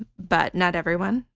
but not everyone.